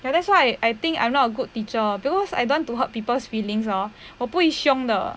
that's why I think I'm not good teacher because I want to hurt people's feelings hor 我不会凶的